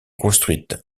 construite